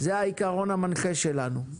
זה העיקרון המנחה שלנו.